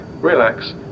relax